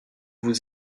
vous